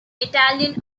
italian